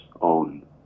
own